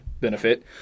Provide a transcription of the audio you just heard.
benefit